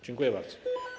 Dziękuję bardzo.